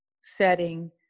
setting